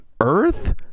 Earth